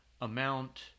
amount